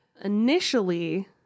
Initially